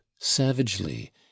savagely